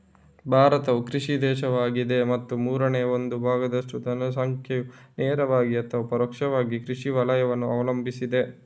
ಭಾರತವು ಕೃಷಿ ದೇಶವಾಗಿದೆ ಮತ್ತು ಮೂರನೇ ಒಂದು ಭಾಗದಷ್ಟು ಜನಸಂಖ್ಯೆಯು ನೇರವಾಗಿ ಅಥವಾ ಪರೋಕ್ಷವಾಗಿ ಕೃಷಿ ವಲಯವನ್ನು ಅವಲಂಬಿಸಿದೆ